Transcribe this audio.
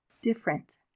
different